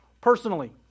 personally